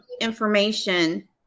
information